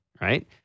right